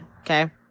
okay